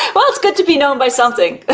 well, it's good to be known by something.